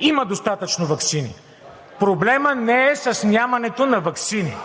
има достатъчно ваксини! Проблемът не е с нямането на ваксини.